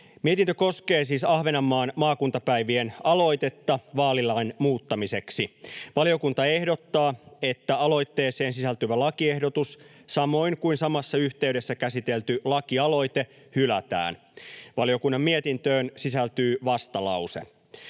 Mietintö koskee siis Ahvenanmaan maakuntapäivien aloitetta vaalilain muuttamiseksi. Valiokunta ehdottaa, että aloitteeseen sisältyvä lakiehdotus samoin kuin samassa yhteydessä käsitelty lakialoite hylätään. Valiokunnan mietintöön sisältyy vastalause.